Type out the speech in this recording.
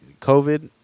covid